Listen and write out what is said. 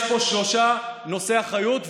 יש פה שלושה נושאי אחריות,